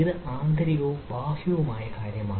ഇത് ആന്തരികവും ബാഹ്യവുമായ കാര്യമാണ്